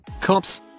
cops